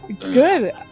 Good